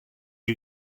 you